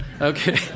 okay